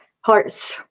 Hearts